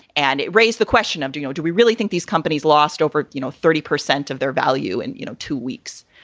and it raised the question of, do you know, do we really think these companies lost over you know thirty percent of their value in and you know two weeks?